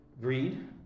Greed